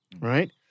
Right